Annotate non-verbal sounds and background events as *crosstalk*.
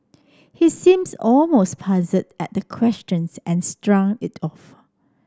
he seems almost puzzled at the questions and *unintelligible* it off